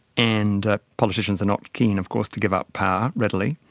and politicians are not keen of course to give up power readily.